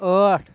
ٲٹھ